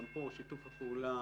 גם פה שיתוף הפעולה,